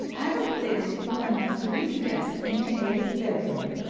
out of this you went up three steps into ada's bedroom,